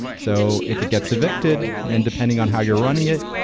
so if it gets evicted, and depending on how you're running it,